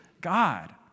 God